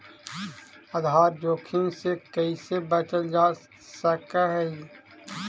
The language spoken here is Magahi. आधार जोखिम से कइसे बचल जा सकऽ हइ?